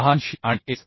86 आणि एच